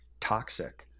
toxic